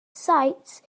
saets